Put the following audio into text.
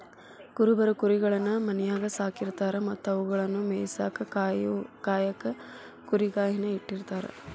ಕುರುಬರು ಕುರಿಗಳನ್ನ ಮನ್ಯಾಗ್ ಸಾಕಿರತಾರ ಮತ್ತ ಅವುಗಳನ್ನ ಮೇಯಿಸಾಕ ಕಾಯಕ ಕುರಿಗಾಹಿ ನ ಇಟ್ಟಿರ್ತಾರ